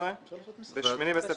ב-8 בספטמבר.